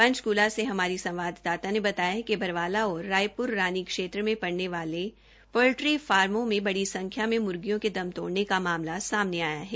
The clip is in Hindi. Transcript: पंचकूला से हमारी संवादाता ने बताया है कि बरवाला और रायप्र रानी क्षेत्र में पड़ने वाले पोल्ट्री फार्मो में बड़ी संख्या में म्र्गियों के दम तोड़ने का मामला सामने आया है